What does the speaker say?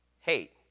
hate